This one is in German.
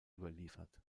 überliefert